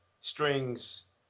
strings